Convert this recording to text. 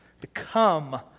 become